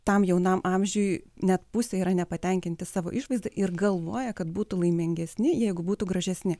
tam jaunam amžiui net pusė yra nepatenkinti savo išvaizda ir galvoja kad būtų laimingesni jeigu būtų gražesni